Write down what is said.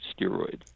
steroid